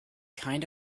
kind